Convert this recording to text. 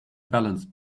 balance